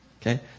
Okay